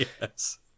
Yes